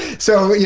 so you